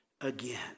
again